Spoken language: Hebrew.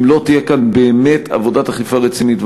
לא תהיה כאן באמת עבודת אכיפה רצינית.